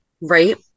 Right